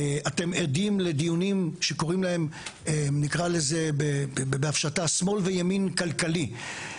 אתם עדים לדיונים שקוראים להם בהפשטה שמאל וימין כלכלי.